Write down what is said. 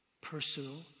personal